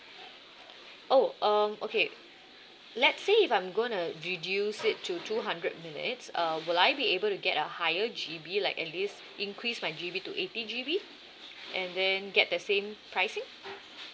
oh um okay let's say if I'm gonna reduce it to two hundred minutes uh will I be able to get a higher G_B like at least increase my G_B to eighty G_B and then get the same pricing